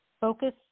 Focus